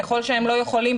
ככל שהם לא יכולים,